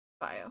bio